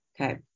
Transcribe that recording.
Okay